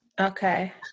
Okay